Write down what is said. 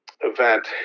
event